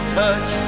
touch